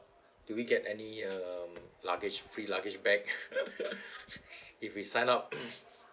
do we get any uh luggage free luggage bag if we sign up